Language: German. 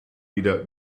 wieder